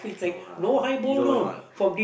no lah you know or not